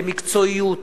במקצועיות,